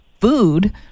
food